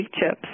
chips